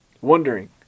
Wondering